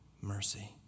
mercy